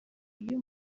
iyo